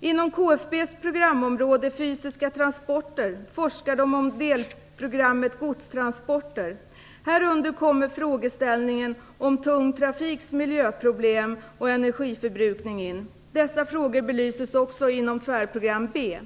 Inom KFB:s programområde Fysiska transporter forskar de om delprogrammet godstransporter. Härunder kommer frågeställningar om tung trafiks miljöproblem och energiförbrukning in. Dessa frågor belyses också inom tvärprogram B.